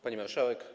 Pani Marszałek!